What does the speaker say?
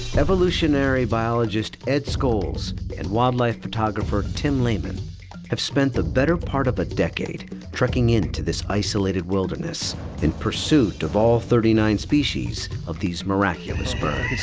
evolutionary biologist, ed scholes and wildlife photographer, tim laman have spent the better part of a decade trekking into this isolated wilderness in pursuit of all thirty nine species of these miraculous birds.